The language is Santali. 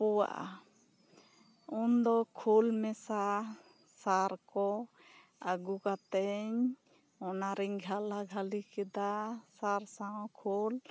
ᱯᱩ ᱣᱟᱜᱼᱟ ᱩᱱ ᱫᱚ ᱠᱷᱳᱞ ᱢᱮᱥᱟ ᱥᱟᱨ ᱠᱚ ᱟᱹᱜᱩ ᱠᱟᱛᱮ ᱤᱧ ᱚᱱᱟ ᱨᱤᱧ ᱜᱷᱟᱞᱟ ᱜᱷᱟᱹᱞᱤ ᱠᱮᱫᱟ ᱥᱟᱨ ᱥᱟᱶ ᱠᱷᱳᱞ